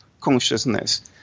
consciousness